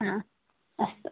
हा अस्तु